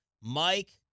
mike